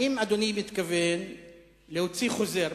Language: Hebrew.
האם אדוני מתכוון להוציא חוזר,